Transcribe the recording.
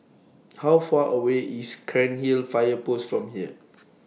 How Far away IS Cairnhill Fire Post from here